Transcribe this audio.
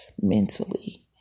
mentally